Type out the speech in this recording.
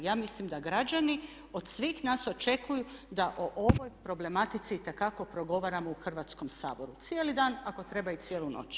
Ja mislim da građani od svih nas očekuju da o ovoj problematici itekako progovaramo u Hrvatskom saboru cijeli dan, ako treba i cijelu noć.